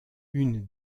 une